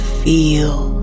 feel